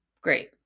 Great